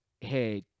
hey